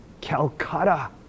Calcutta